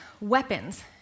weapons